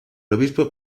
obispo